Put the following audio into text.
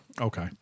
Okay